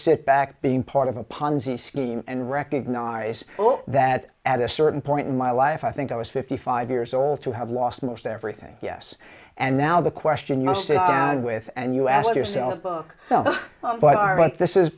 sit back being part of a ponzi scheme and recognize that at a certain point in my life i think i was fifty five years old to have lost most everything yes and now the question must stay with and you ask yourself book but i wrote this is